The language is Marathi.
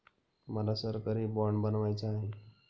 मला सरकारी बाँड बनवायचा आहे